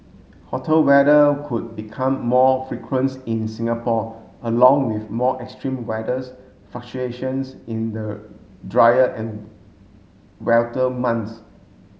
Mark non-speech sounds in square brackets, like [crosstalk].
hotter weather could become more frequence in Singapore along with more extreme weathers fluctuations in the drier and [unintelligible] months